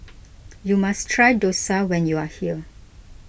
you must try Dosa when you are here